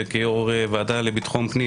שכיו"ר הוועדה לביטחון פנים